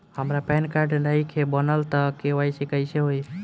हमार pan card नईखे बनल त के.वाइ.सी कइसे होई?